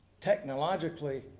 technologically